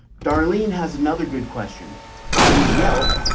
darlene has another good question on yelp.